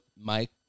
Mike